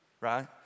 right